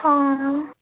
অঁ